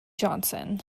johnson